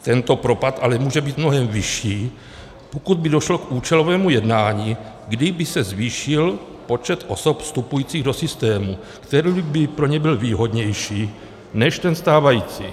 Tento propad ale může být mnohem vyšší, pokud by došlo k účelovému jednání, kdy by se zvýšil počet osob vstupujících do systému, který by pro ně byl výhodnější než ten stávající.